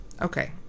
Okay